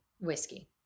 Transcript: whiskey